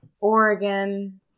oregon